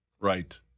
Right